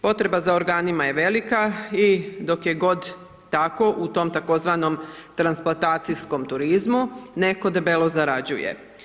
Potreba za organima je velika i dok je god tako u tom tzv. transplatacijskom turizmu netko debelo zarađuje.